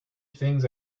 things